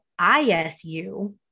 ISU